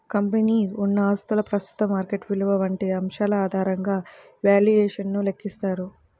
కంపెనీకి ఉన్న ఆస్తుల ప్రస్తుత మార్కెట్ విలువ వంటి అంశాల ఆధారంగా వాల్యుయేషన్ ను లెక్కిస్తారు